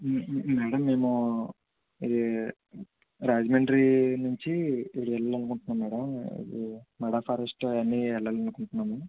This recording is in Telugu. మేడం మేము ఇది రాజమండ్రి నుంచి వెళ్ళాలనుకుంటున్నాం మేడం మెడా ఫారెస్ట్ అవన్నీ వెళ్ళాలనుకుంటున్నాం